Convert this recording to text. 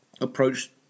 approach